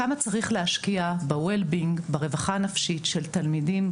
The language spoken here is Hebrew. כמה צריך להשקיע ברווחה הנפשית של תלמידים,